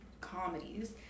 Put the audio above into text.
comedies